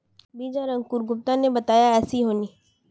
बीज आर अंकूर गुप्ता ने बताया ऐसी होनी?